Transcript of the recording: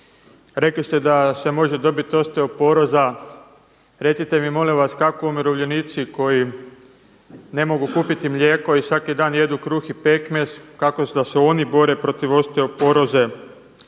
Rekli ste da se može dobiti osteoporoza, recite mi molim vas kako umirovljenici koji ne mogu kupiti mlijeko i svaki dan jedu kruh i pekmez kako da se oni bore protiv osteoporoze?